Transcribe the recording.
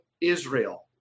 Israel